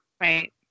Right